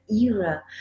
era